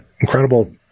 incredible